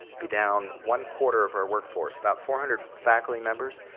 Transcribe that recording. be down one quarter of our workforce, about four hundred faculty members,